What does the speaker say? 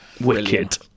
wicked